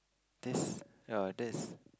this ya that's